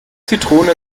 zitrone